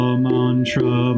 mantra